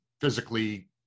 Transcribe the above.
physically